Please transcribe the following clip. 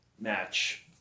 match